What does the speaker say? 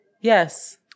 Yes